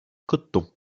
coton